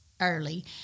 early